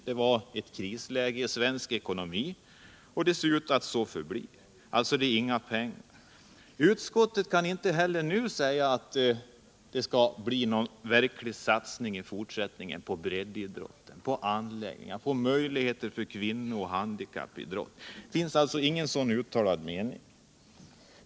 Det var krisläge i den svenska ekonomin, och det ser ut att så förbli. Det fanns alltså inga pengar. Utskottet kan inte heller nu säga att det i fortsättningen skall bli någon verklig satsning på breddidroten, på anläggningar. på möjligheter för kvinnoidrott och handikappidrott. Det finns inte någon sådan uttalad mening.